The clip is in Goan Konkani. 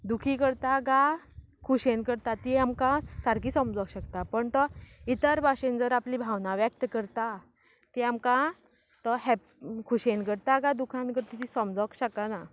दुखी करता गा खुशयेन करता ती आमकां सारकी समजोक शकता पण तो इतर भाशेन जर आपली भावना व्यक्त करता ती आमकां तो हॅप खुशयेन करता गा दुखान करता ती समजोक शकना